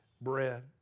bread